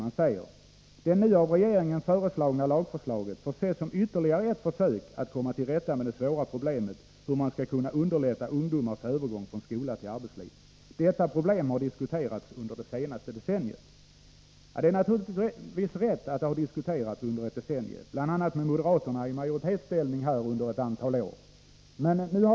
Man säger: ”Det nu av regeringen föreslagna lagförslaget får ses som ett ytterligare försök att komma till rätta med det svåra problemet hur man skall kunna underlätta ungdomars övergång från skola till arbetsliv. Detta problem har diskuterats under det senaste decenniet.” Detta är naturligtvis rätt. Problemet har diskuterats i ett decennium, bl.a. med moderaterna i majoritetsställning.